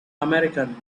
american